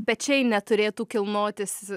pečiai neturėtų kilnotis